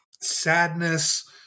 sadness